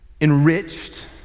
enriched